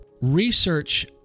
Research